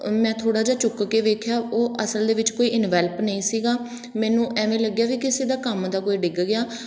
ਮੈਂ ਥੋੜ੍ਹਾ ਜਿਹਾ ਚੁੱਕ ਕੇ ਵੇਖਿਆ ਉਹ ਅਸਲ ਦੇ ਵਿੱਚ ਕੋਈ ਇਨਵੈਲਪ ਨਹੀਂ ਸੀਗਾ ਮੈਨੂੰ ਐਵੇਂ ਲੱਗਿਆ ਵੀ ਕਿਸੇ ਦਾ ਕੰਮ ਦਾ ਕੋਈ ਡਿੱਗ ਗਿਆ